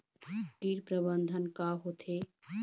कीट प्रबंधन का होथे?